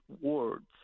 words